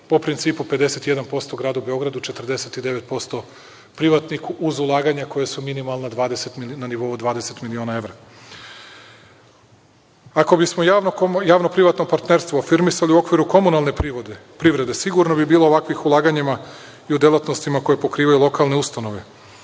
po principu 51% Gradu Beogradu, 49% privatniku, uz ulaganja koja su minimalna na nivou 20.000.000 evra. Ako bismo javno-privatno partnerstvo afirmisali u okviru komunalne privrede, sigurno bi bilo ovakvih ulaganja i u delatnostima koje pokrivaju lokalne ustanove.